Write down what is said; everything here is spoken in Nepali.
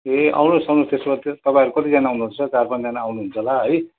ए आउनुहोस् आउनुहोस् त्यसो भए तपाईँहरू कतिजना आउनुहुन्छ चार पाँचजना आउनुहुन्छ होला है